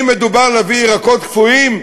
אם מדובר להביא ירקות קפואים,